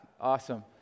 Awesome